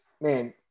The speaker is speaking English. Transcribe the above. man